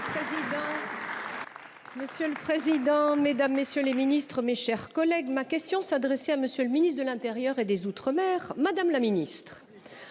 Monsieur le président, Mesdames, messieurs les ministres, mes chers collègues, ma question s'adressait à Monsieur le ministre de l'Intérieur et des Outre-mer Madame la Ministre